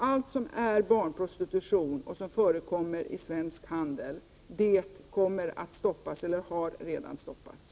Allt som är barnprostitution och som förekommer i svensk handel kommer att stoppas eller har redan stoppats.